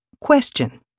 Question